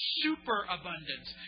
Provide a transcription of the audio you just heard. superabundance